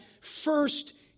first